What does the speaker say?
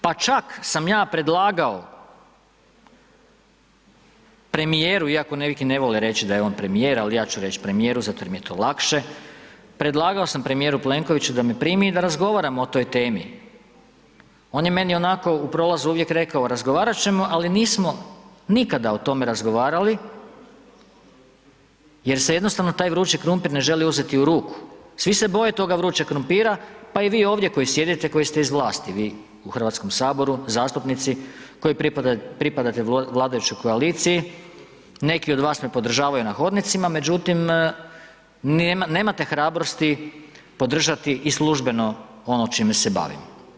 Pa čak sam ja predlagao premijeru, iako neki ne vole reći da je on premijer, ali ja ću reći premijeru zato jer mi je to lakše, predlagao sam premijeru Plenkoviću da me primi i da razgovaramo o toj temi, on je meni onako u prolazu uvijek rekao razgovarat ćemo, ali nismo nikada o tome razgovarali jer se jednostavno taj vrući krumpir ne želi uzeti u ruku, svi se boje toga vrućeg krumpira, pa i vi ovdje koji sjedite koji ste iz vlasti, vi u Hrvatskom saboru, zastupnici koji pripadate vladajućoj koaliciji, neki od vas me podržavaju na hodnicima, međutim nemate hrabrosti podržati i služeno ono čime se bavim.